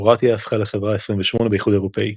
קרואטיה הפכה לחברה ה-28 באיחוד האירופי.